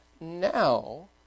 now